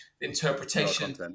interpretation